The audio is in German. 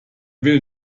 will